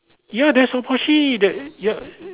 ya there's opporunity that ya